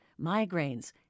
migraines